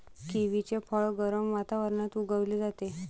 किवीचे फळ गरम वातावरणात उगवले जाते